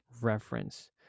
reference